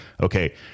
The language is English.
okay